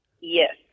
Yes